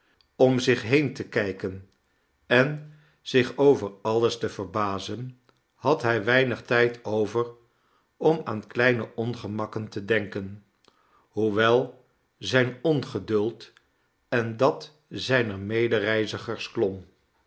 om zich heen te kijken en zich over alles te verbazen had hij weinig tijd over om aan kleine ongemakken te denken hoewelzijn ongeduld en dat zijner medereizigers klom